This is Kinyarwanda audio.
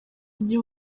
gihe